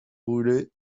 brûlées